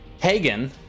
Hagen